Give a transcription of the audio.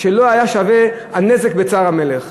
ולא היה שווה הנזק בצער המלך.